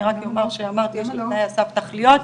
רק אומר שלתנאי הסף יש תכליות.